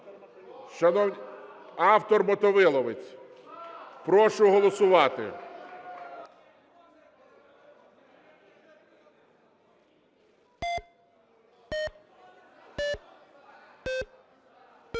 спорів, автор Мотовиловець. Прошу голосувати.